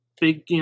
big